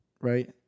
right